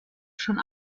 schon